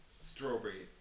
strawberry